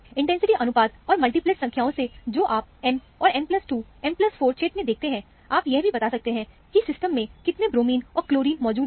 intensity अनुपात और multiplate संख्याओं से जो आप M और M 2 M 4 क्षेत्र में देखते हैं आप यह भी बता सकते हैं कि सिस्टम में कितने ब्रोमीन और क्लोरीन मौजूद हैं